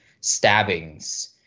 stabbings